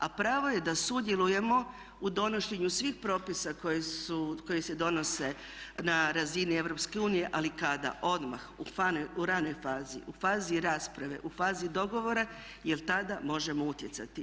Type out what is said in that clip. A pravo je da sudjelujemo u donošenju svih propisa koji se donose na razini Europske unije ali kada, odmah u ranoj fazi, u fazi rasprave, u fazi dogovora jer tada možemo utjecati.